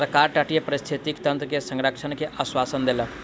सरकार तटीय पारिस्थितिकी तंत्र के संरक्षण के आश्वासन देलक